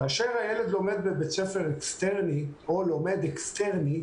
כאשר הילד לומד בבית ספר אקסטרני או לומד אקסטרני,